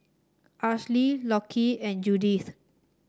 Alysia Lockie and Judith